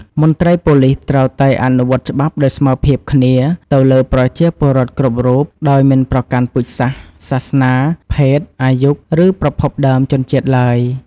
មន្ត្រីប៉ូលិសត្រូវតែអនុវត្តច្បាប់ដោយស្មើភាពគ្នាទៅលើប្រជាពលរដ្ឋគ្រប់រូប ដោយមិនប្រកាន់ពូជសាសន៍ សាសនា ភេទ អាយុ ឬប្រភពដើមជនជាតិឡើយ។